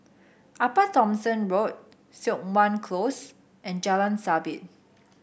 Upper Thomson Road Siok Wan Close and Jalan Sabit